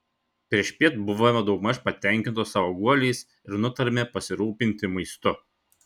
priešpiet buvome daugmaž patenkintos savo guoliais ir nutarėme pasirūpinti maistu